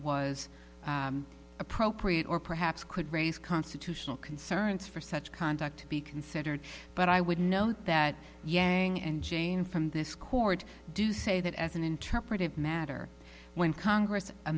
was appropriate or perhaps could raise constitutional concerns for such conduct be considered but i would note that yang and jane from this court do say that as an interpretive matter when congress